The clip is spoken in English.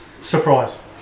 Surprise